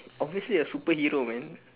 obviously a superhero man